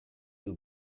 you